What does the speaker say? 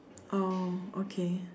oh okay